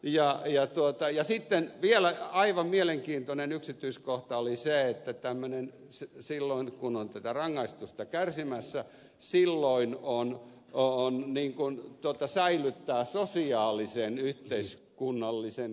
ja sitten vielä aivan mielenkiintoinen yksityiskohta oli se että silloin kun on tätä rangaistusta kärsimässä säilyttää sosiaalisen yhteiskunnallisen kelpoisuutensa